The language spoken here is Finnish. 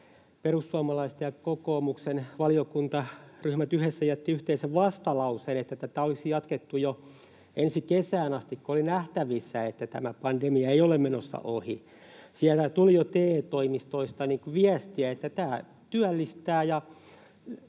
perussuomalaisten ja kokoomuksen valiokuntaryhmät yhdessä jättivät yhteisen vastalauseen, että tätä olisi jatkettu jo ensi kesään asti, kun oli nähtävissä, että tämä pandemia ei ole menossa ohi. Silloin tuli jo TE-toimistoista viestiä, että tämä työllistää